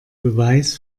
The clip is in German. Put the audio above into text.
beweis